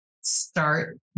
start